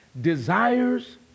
desires